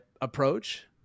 approach